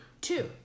two